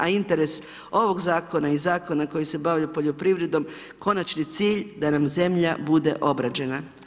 A interes ovog zakona i zakona koji se bavi poljoprivredom, konačni cilj da nam zemlja bude obrađena.